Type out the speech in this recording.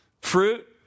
Fruit